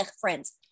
friends